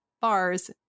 bars